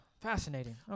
Fascinating